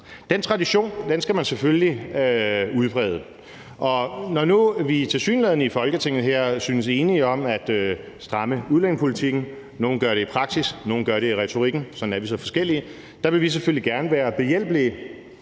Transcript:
Den tradition skal man selvfølgelig udbrede, og når vi nu tilsyneladende i Folketinget her synes at være enige om at stramme udlændingepolitikken – nogle gør det i praksis, nogle gør det i retorikken, og sådan er vi så forskellige – så vil Dansk Folkeparti selvfølgelig gerne være behjælpelige